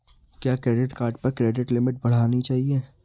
क्या credit card पर credit limit बढ़ानी चाहिए?